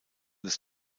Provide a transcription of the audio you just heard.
des